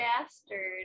bastard